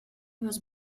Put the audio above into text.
was